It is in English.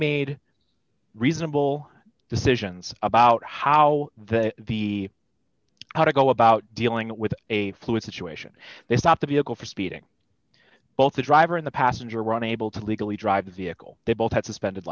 made reasonable decisions about how they be how to go about dealing with a fluid situation they stopped the vehicle for speeding both the driver in the passenger were able to legally drive a vehicle they both had suspended